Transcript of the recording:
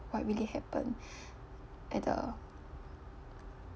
what really happened at the